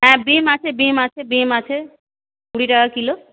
হ্যাঁ ডিম আছে বিম আছে ডিম আছে কুড়ি টাকা কিলো